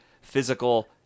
physical